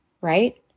right